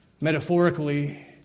metaphorically